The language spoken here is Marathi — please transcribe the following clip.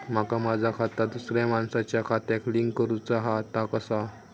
माका माझा खाता दुसऱ्या मानसाच्या खात्याक लिंक करूचा हा ता कसा?